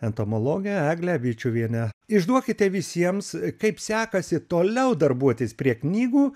entomologę eglę vičiuvienę išduokite visiems kaip sekasi toliau darbuotis prie knygų